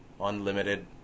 unlimited